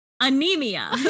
Anemia